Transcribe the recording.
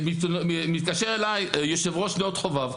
מתקשר אלי יושב-ראש נאות חובב,